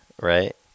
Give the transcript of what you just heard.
right